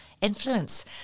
influence